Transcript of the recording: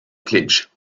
clinch